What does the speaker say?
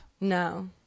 No